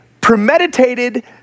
premeditated